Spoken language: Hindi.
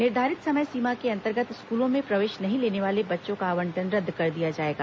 निर्धारित समय सीमा के अंतर्गत स्कूलों में प्रवेश नहीं लेने वाले बच्चों का आवंटन रद्द कर दिया जाएगा